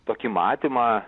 tokį matymą